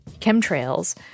chemtrails